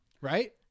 right